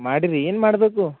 ಮಾಡಿರಿ ಏನು ಮಾಡಬೇಕು